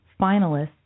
finalists